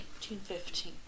1915